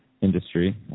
industry